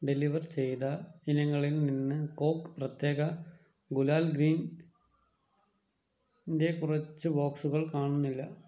deliver ചെയ്ത ഇനങ്ങളിൽ നിന്ന് കോക്ക് പ്രത്യേക ഗുലാൽ ഗ്രീൻ ന്റെ കുറച്ച് ബോക്സുകൾ കാണുന്നില്ല